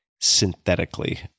synthetically